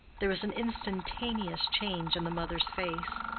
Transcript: there was an instantaneous change in the mother's face.